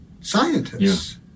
scientists